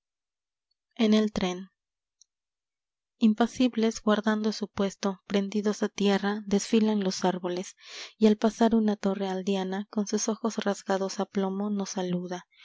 en el tren impasibles guardando su puesto a prendidos a tierra desfilan ios árboles y al pasar una torre aldeana con sus ojos rasgados a plomo nos saluda